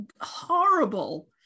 horrible